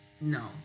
No